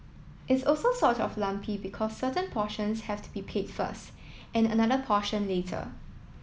it's also sort of lumpy because certain portions have to be paid first and another portion later